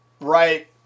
right